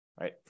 right